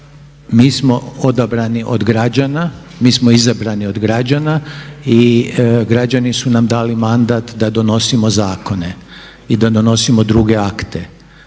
Mi smo odabrani od građana i građani su nam dali mandat da donosimo zakone i da donosimo druge akte.